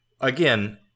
again